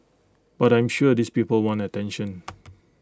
but I'm sure these people want attention